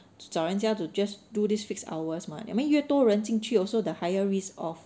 to 找人家 to just do this fixed hours what I mean 越多人进去 also the higher risk of